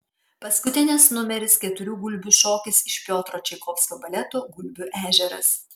paskutinis numeris keturių gulbių šokis iš piotro čaikovskio baleto gulbių ežeras